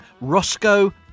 Roscoe